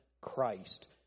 Christ